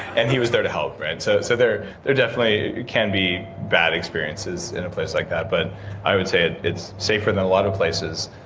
and he was there to help, right? so so they're they're definitely can be bad experiences in a place like that, but i would say it's safer than a lot of places.